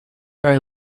very